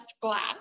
glass